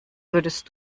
würdest